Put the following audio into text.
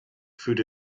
food